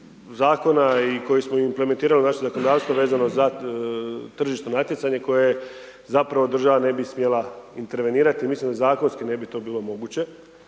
koje smo implementirali u naše zakonodavstvo vezano za tržišno natjecanje koje zapravo država ne bi trebala intervenirati, mislim da zakonski to ne bi bilo moguće.